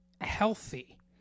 healthy